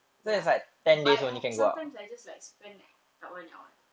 ya but sometimes I just like spend like tak banyak [what]